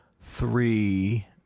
three